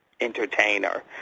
entertainer